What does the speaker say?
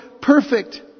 perfect